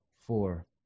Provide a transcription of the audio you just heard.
four